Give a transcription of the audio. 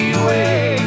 away